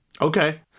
Okay